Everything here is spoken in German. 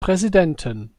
präsidenten